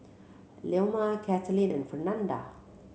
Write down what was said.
Leoma Katlyn and Fernanda